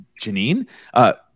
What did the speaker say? Janine